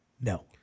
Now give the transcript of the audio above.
No